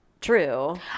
true